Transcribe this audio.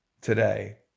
today